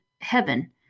heaven